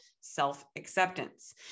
self-acceptance